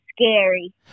scary